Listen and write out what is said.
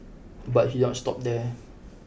but he did not stop there